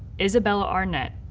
isabella arnett,